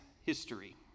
history